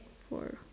four